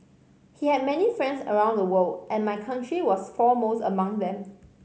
he had many friends around the world and my country was foremost amongst them